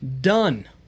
Done